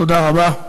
תודה רבה.